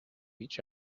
each